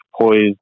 poised